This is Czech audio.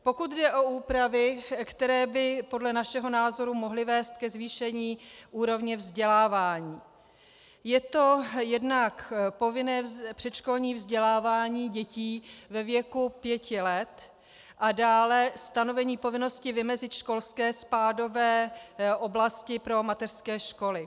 Pokud jde o úpravy, které by podle našeho názoru mohly vést ke zvýšení úrovně vzdělávání, je to jednak povinné předškolní vzdělávání dětí ve věku pěti let a dále stanovení povinnosti vymezit školské spádové oblasti pro mateřské školy.